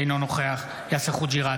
אינו נוכח יאסר חוג'יראת,